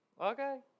Okay